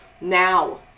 now